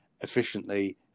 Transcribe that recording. efficiently